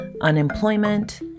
unemployment